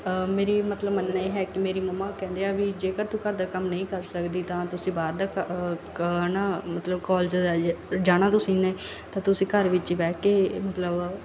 ਮੇਰੀ ਮਤਲਬ ਮੰਨਣਾ ਇਹ ਹੈ ਕਿ ਮੇਰੀ ਮੰਮਾ ਕਹਿੰਦੇ ਹੈ ਵੀ ਜੇਕਰ ਤੂੰ ਘਰ ਦਾ ਕੰਮ ਨਹੀਂ ਕਰ ਸਕਦੀ ਤਾਂ ਤੁਸੀਂ ਬਾਹਰ ਦਾ ਹੈ ਨਾ ਮਤਲਬ ਕੋਲਜ ਅ ਜਾਣਾ ਤੁਸੀਂ ਨੇ ਤਾਂ ਤੁਸੀਂ ਘਰ ਵਿੱਚ ਹੀ ਬਹਿ ਕੇ ਮਤਲਬ